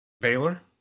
Baylor